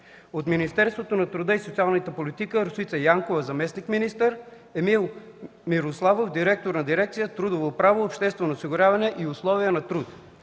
от Министерството на труда и социалната политика Росица Янкова – заместник-министър, и Емил Мирославов – директор на Дирекция „Трудово право, обществено осигуряване и условия на труд”;